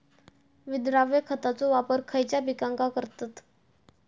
विद्राव्य खताचो वापर खयच्या पिकांका करतत?